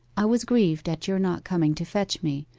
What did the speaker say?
i was grieved at your not coming to fetch me,